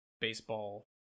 Baseball